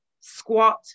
squat